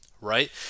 right